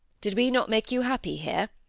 did we not make you happy here?